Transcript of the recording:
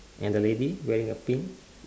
and the lady wearing a pink